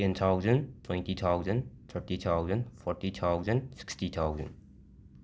ten thousand twenty thousand thirty thousand forty thousand sixty thousand